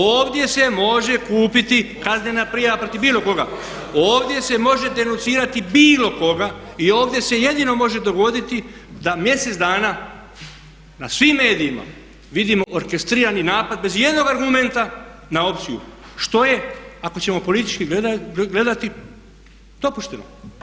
Ovdje se može kupiti kaznena prijava protiv bilo koga ovdje se može denuncirati bilo koga i ovdje se jedino može dogoditi da mjesec dana, na svim medijima vidimo orkestrirani napad bez ijednog argumenta na opciju što je ako ćemo politički gledati dopušteno.